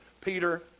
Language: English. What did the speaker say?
Peter